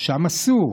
שם אסור.